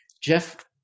Jeff